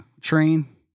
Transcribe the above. train